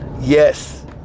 Yes